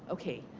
okay,